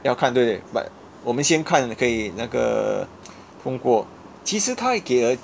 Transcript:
要看对 but 我们先看可以那个通过其实她也给了